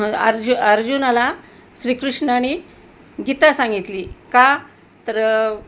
अर्जु अर्जुनाला श्रीकृष्णानी गीता सांगितली का तर